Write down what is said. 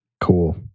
Cool